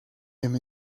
him